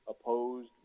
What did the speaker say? opposed